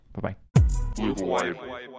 Bye-bye